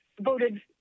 voted